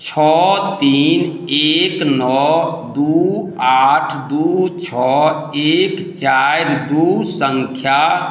छओ तीन एक नओ दू आठ दू छओ एक चारि दू सङ्ख्या